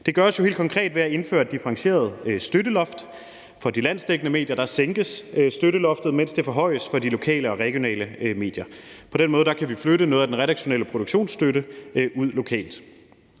Det gøres helt konkret ved at indføre et differentieret støtteloft. For de landsdækkende medier sænkes støtteloftet, men skal forhøjes for de lokale og regionale medier. På den måde kan vi flytte noget af den redaktionelle produktionsstøtte ud lokalt.